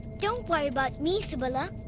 don't worry about me, subala.